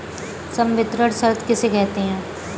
संवितरण शर्त किसे कहते हैं?